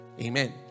amen